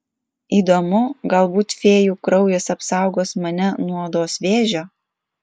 įdomu galbūt fėjų kraujas apsaugos mane nuo odos vėžio